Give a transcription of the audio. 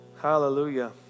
Hallelujah